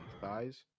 Thighs